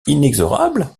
inexorable